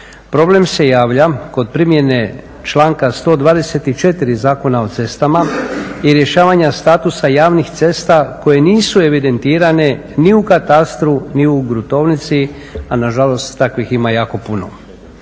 Problem se javlja kod primjene članka 124. Zakona o cestama i rješavanja statusa javnih cesta koje nisu evidentirane ni u katastru ni u gruntovnici a nažalost takvih ima jako puno.